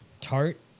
tart